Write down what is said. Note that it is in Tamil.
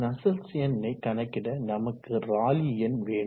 நஸ்சல்ட்ஸ் எண்ணை கணக்கிட நமக்கு ராலி எண் வேண்டும்